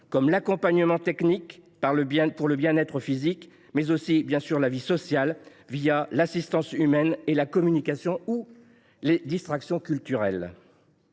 comme l’accompagnement technique pour le bien être physique, mais aussi la vie sociale, l’assistance humaine, la communication ou les distractions culturelles.